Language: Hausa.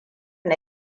na